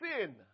Sin